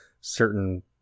certain